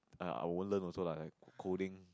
err I will learn also lah like coding